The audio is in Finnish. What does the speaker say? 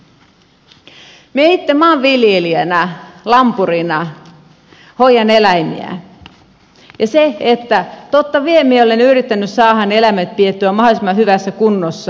minä itse maanviljelijänä lampurina hoidan eläimiä ja totta vie minä olen yrittänyt saada ne eläimet pidettyä mahdollisimman hyvässä kunnossa